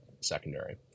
secondary